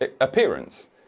appearance